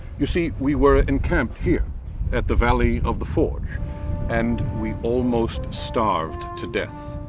you see, we were encamped here at the valley of the forge and we almost starved to death.